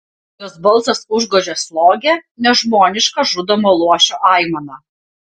jos balsas užgožė slogią nežmonišką žudomo luošio aimaną